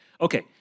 okay